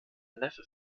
neffe